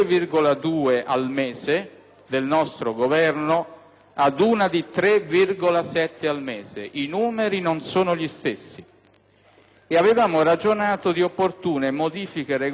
ad una di 3,7 al mese. I numeri non sono gli stessi. E avevamo ragionato di opportune modifiche regolamentari per applicare la Costituzione.